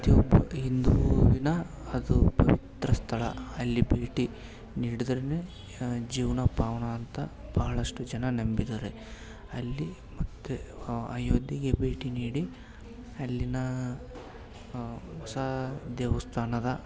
ಪ್ರತಿಯೊಬ್ಬ ಹಿಂದೂವಿನ ಅದು ಪವಿತ್ರ ಸ್ಥಳ ಅಲ್ಲಿ ಭೇಟಿ ನೀಡದ್ರೆನೇ ಜೀವನ ಪಾವನ ಅಂತ ಬಹಳಷ್ಟು ಜನ ನಂಬಿದ್ದಾರೆ ಅಲ್ಲಿ ಮತ್ತು ಅಯೋಧ್ಯೆಗೆ ಭೇಟಿ ನೀಡಿ ಅಲ್ಲಿನ ಹೊಸ ದೇವಸ್ಥಾನದ